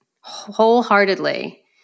wholeheartedly